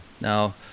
Now